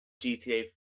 GTA